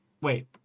Wait